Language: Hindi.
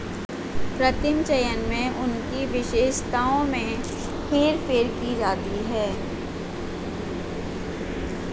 कृत्रिम चयन में उनकी विशेषताओं में हेरफेर की जाती है